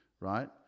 Right